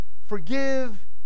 Forgive